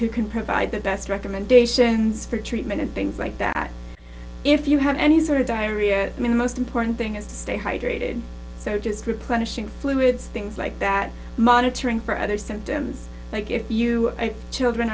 who can provide the best recommendations for treatment and things like that if you have any sort of diarrhea i mean the most important thing is to stay hydrated so just replenishing fluids things like that monitoring for other symptoms like if you children